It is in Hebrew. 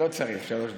לא צריך שלוש דקות,